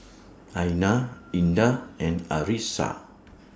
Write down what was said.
Aina Indah and Arissa